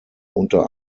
unter